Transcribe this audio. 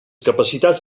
capacitats